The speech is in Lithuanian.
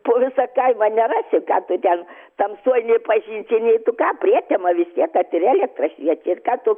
po visą kaimą nerasi ką tu ten tamsoj nei pažinsi nei tu ką prietema vis tiek kad ir elektra šviečia ir ką tu